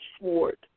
sword